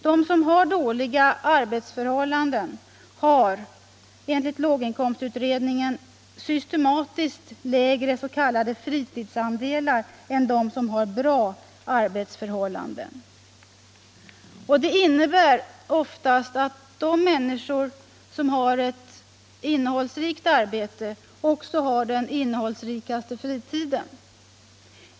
De som har dåliga arbetsförhållanden har enligt låginkomstutredningen systematiskt lägre s.k. fritidsandelar än de som har bra arbetsförhållanden. Det innebär oftast att de människor som har ett innehållsrikt arbete också har den mest innehållsrika fritiden.